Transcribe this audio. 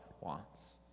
wants